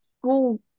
school